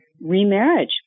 remarriage